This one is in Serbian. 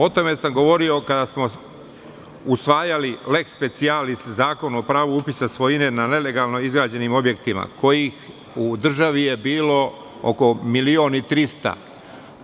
O tome sam govorio kada smo usvajali leks specialis zakon o pravu upisa svojine na nelegalno izgrađenim objektima, kojih u državi je bilo oko 1.300.000.